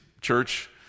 church